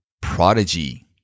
Prodigy